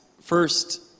first